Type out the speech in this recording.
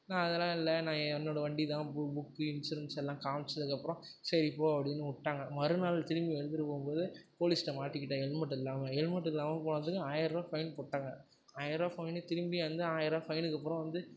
நான் அதெலாம் இல்லை நான் என்னோடய வண்டிதான் புக்கு இன்சூரன்ஸ் எல்லாம் காமிச்சதுக்கப்றோம் சரி போ அப்படினு விட்டுட்டாங்க மறுநாள் திரும்பி எடுத்துகிட்டு போகும்போது போலீஸ்கிட்ட மாட்டிக்கிட்டேன் ஹெல்மெட் இல்லாமல் ஹெல்மெட் இல்லாமல் போனதுக்கு ஆயர ரூவா ஃபைன் போட்டாங்க ஆயர ரூவா ஃபைனு திரும்பி வந்து ஆயர ருபா ஃபைனுக்கப்புறோம் வந்து